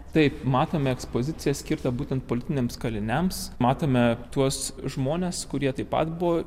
taip matome ekspoziciją skirtą būtent politiniams kaliniams matome tuos žmones kurie taip pat buvo